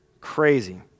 Crazy